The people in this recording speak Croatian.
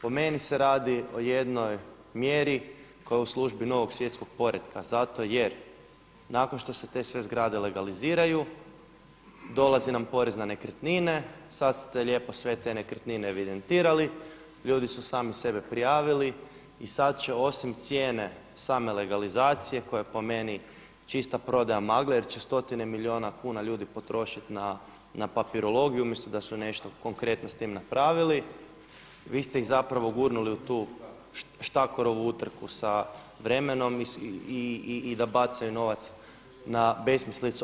Po meni se radi o jednoj mjeri koja je u službi novog svjetskog poretka zato jer nakon što se te sve zgrade legaliziraju dolazi nam porez na nekretnine, sad ste lijepo sve te nekretnine evidentirali, ljudi su sami sebe prijavili i sad će osim cijene same legalizacije koja je po meni čista prodaja magle jer će stotine milijuna kuna ljudi potrošiti na papirologiju umjesto da su nešto konkretno s time napravili vi ste ih zapravo gurnuli u tu štakorovu utrku sa vremenom i da bacaju novac na besmislicu.